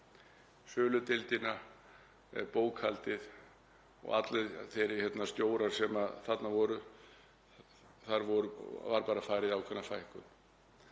söludeildin, bókhaldið og allir þeir stjórar sem þarna voru. Það var bara farið í ákveðna fækkun.